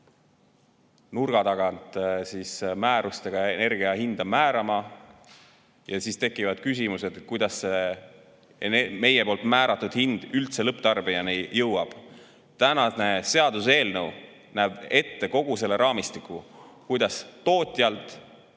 nurga tagant määrustega energia hinda määrama ja siis tekivad küsimused, kuidas see meie määratud hind üldse lõpptarbijani jõuab. Seaduseelnõu näeb ette kogu selle raamistiku, kuidas elekter